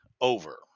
over